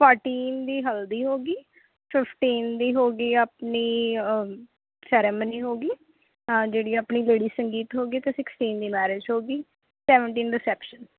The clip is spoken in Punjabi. ਫੋਰਟੀਨ ਦੀ ਹਲਦੀ ਹੋ ਗਈ ਫਿਫਟੀਨ ਦੀ ਹੋ ਗਈ ਆਪਣੀ ਸੈਰੇਮਨੀ ਹੋ ਗਈ ਜਿਹੜੀ ਆਪਣੀ ਲੇਡੀਸ ਸੰਗੀਤ ਹੋ ਗਏ ਅਤੇ ਸਿਕਸਟੀਨ ਦੀ ਮੈਰਿਜ ਹੋ ਗਈ ਸੈਵਨਟੀਨ ਰੀਸੈਪਸ਼ਨ